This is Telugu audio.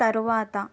తరువాత